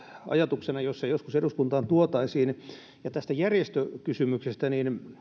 ajatuksena jos se joskus eduskuntaan tuotaisiin tästä järjestökysymyksestä